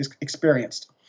experienced